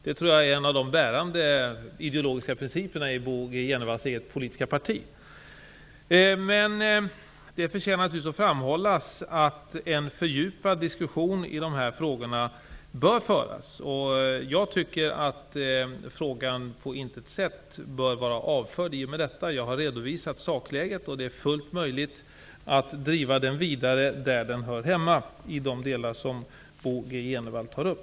Det tror jag är en av de bärande ideologiska principerna i Bo G Jenevalls politiska parti. Det förtjänar naturligtvis att framhållas att en fördjupad diskussion i dessa frågor bör föras. Jag tycker att frågan på intet sätt bör vara avförd i och med detta. Jag har redovisat sakläget. Det är fullt möjligt att driva frågan vidare där den hör hemma beträffande de delar som Bo G Jenevall tar upp.